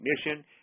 ignition